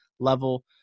level